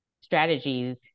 strategies